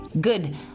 Good